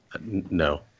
no